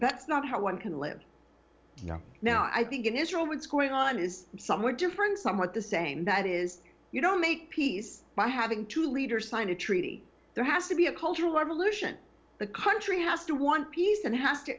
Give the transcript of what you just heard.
that's not how one can live now i think in israel woods going on is somewhat different somewhat the same that is you don't make peace by having two leaders signed a treaty there has to be a cultural revolution the country has to want peace and has to